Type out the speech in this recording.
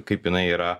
kaip jinai yra